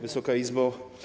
Wysoka Izbo!